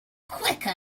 quicker